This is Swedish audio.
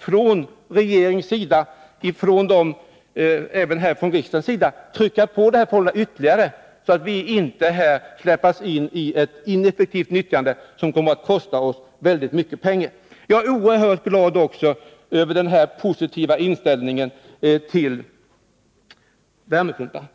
från regeringens och även från riksdagens sida försöka trycka på ytterligare, så att vi inte släpas in i ett ineffektivt utnyttjande som kommer att kosta oss väldigt mycket pengar. Jag är oerhört glad över den positiva inställningen till värmepumpar.